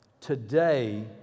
today